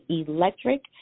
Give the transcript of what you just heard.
electric